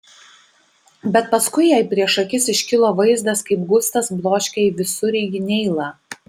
bet paskui jai prieš akis iškilo vaizdas kaip gustas bloškia į visureigį neilą